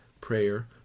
prayer